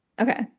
Okay